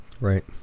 Right